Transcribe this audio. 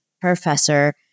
professor